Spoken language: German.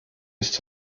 ist